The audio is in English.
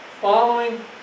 following